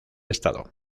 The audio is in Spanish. estado